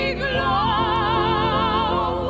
glow